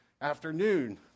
afternoon